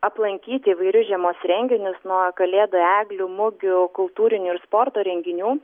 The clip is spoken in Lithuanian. aplankyti įvairius žiemos renginius nuo kalėdų eglių mugių kultūrinių ir sporto renginių